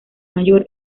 mayor